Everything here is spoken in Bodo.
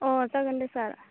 अ जागोन दे सार